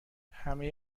همه